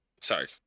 Sorry